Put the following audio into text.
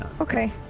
Okay